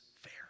fair